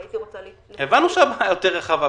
והייתי רוצה --- הבנו שהבעיה יותר רחבה,